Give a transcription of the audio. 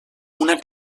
una